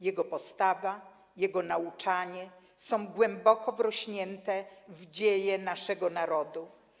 Jego postawa, Jego nauczanie są głęboko wrośnięte w dzieje naszego narodu.